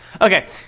Okay